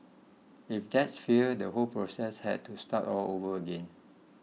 if that failed the whole process had to start all over again